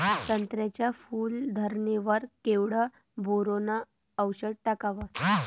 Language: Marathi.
संत्र्याच्या फूल धरणे वर केवढं बोरोंन औषध टाकावं?